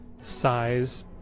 size